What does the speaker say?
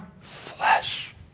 flesh